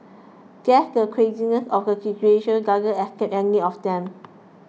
guess the craziness of the situation doesn't escape any of them